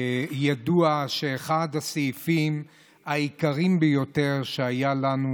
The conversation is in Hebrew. ידוע שאחד הסעיפים היקרים ביותר שהיו לנו